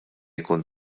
jkun